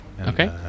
Okay